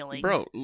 bro